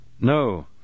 No